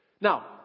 Now